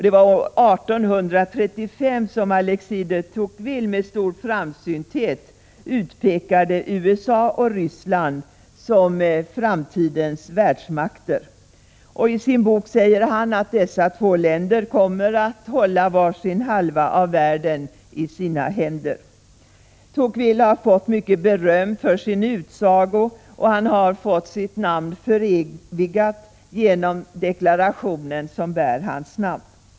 Det var år 1835 som Alexis de Tocqueville med stor framsynthet utpekade USA och Ryssland som framtidens världsmakter. I sin bok säger han att dessa två länder kommer att hålla var sin halva av världen i sina händer. Tocqueville har fått mycket beröm för sin utsago och sitt namn förevigat genom deklarationen som bär hans namn.